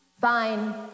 Fine